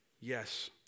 yes